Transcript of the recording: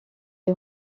est